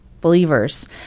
believers